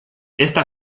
esta